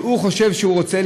למה שהוא חושב שהוא רוצה,